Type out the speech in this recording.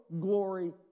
glory